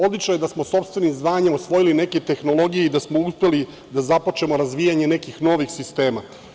Odlično je da smo sopstvenim znanjem osvojili neke tehnologije i da smo uspeli da započnemo razvijanje nekih novih sistema.